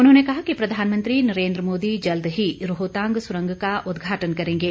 उनहोंने कहा कि प्रधानमंत्री नरेन्द्र मोदी जल्द ही रोहतांग सुरंग का उदघाटन करेंगे